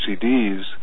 CDs